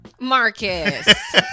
Marcus